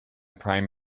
prime